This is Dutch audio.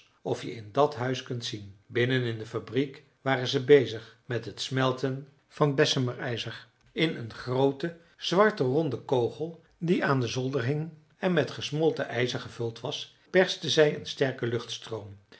of je in dat huis kunt zien binnen in de fabriek waren ze bezig met het smelten van bessemer ijzer in een grooten zwarten ronden kogel die aan den zolder hing en met gesmolten ijzer gevuld was persten zij een sterken